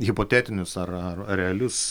hipotetinius ar ar realius